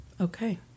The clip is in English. Okay